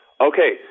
okay